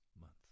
month